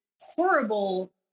horrible